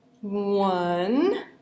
one